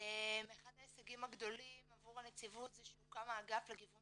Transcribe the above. אחד ההישגים הגדולים עבור הנציגות זה שהוקם האגף לגיוון